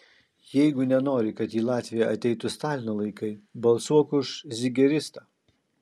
jeigu nenori kad į latviją ateitų stalino laikai balsuok už zigeristą